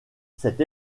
cette